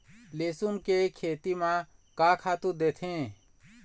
लेसुन के खेती म का खातू देथे?